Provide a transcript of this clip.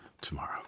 tomorrow